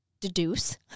deduce